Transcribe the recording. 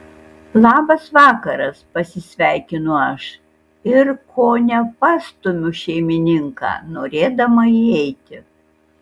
labas vakaras pasisveikinu aš ir kone pastumiu šeimininką norėdama įeiti